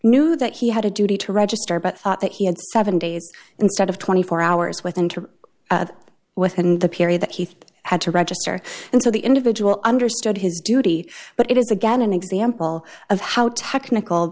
knew that he had a duty to register but that he had seven days instead of twenty four hours within to within the period that heath had to register and so the individual understood his duty but it is again an example of how technical